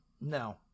No